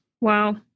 Wow